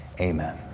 Amen